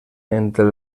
entre